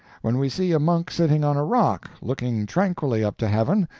when we see a monk sitting on a rock, looking tranquilly up to heaven,